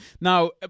Now